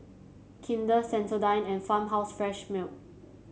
Kinder Sensodyne and Farmhouse Fresh Milk